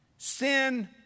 Sin